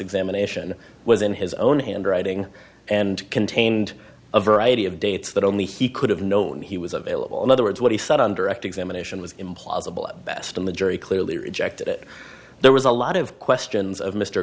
examination was in his own handwriting and contained a variety of dates that only he could have known he was available in other words what he thought on direct examination was implausible at best and the jury clearly rejected it there was a lot of questions of mr